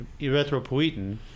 erythropoietin